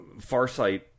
Farsight